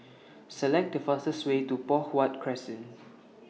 Select The fastest Way to Poh Huat Crescent